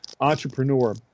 entrepreneur